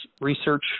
research